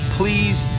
Please